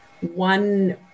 one